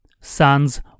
Son's